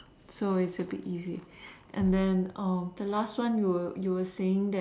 so it's a bit easy and then um the last one you were you were saying that